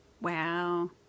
Wow